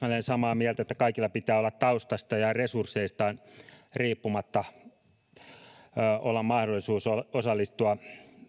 olen täsmälleen samaa mieltä että kaikilla pitää olla taustasta ja resursseistaan riippumatta mahdollisuus osallistua